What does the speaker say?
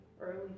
early